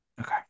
Okay